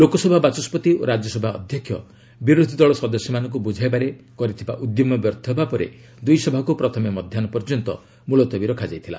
ଲୋକସଭା ବାଚସ୍କତି ଓ ରାଜ୍ୟସଭା ଅଧ୍ୟକ୍ଷ ବିରୋଧୀ ଦଳ ସଦସ୍ୟମାନଙ୍କୁ ବୁଝାଇବାରେ କରିଥିବା ଉଦ୍ୟମ ବ୍ୟର୍ଥ ହେବା ପରେ ଦୁଇ ସଭାକୁ ପ୍ରଥମେ ମଧ୍ୟାହ୍ ପର୍ଯ୍ୟନ୍ତ ମୁଲତବୀ ରଖାଯାଇଥିଲା